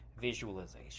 visualization